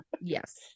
yes